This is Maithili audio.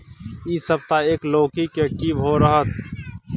इ सप्ताह एक लौकी के की भाव रहत?